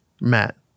Matt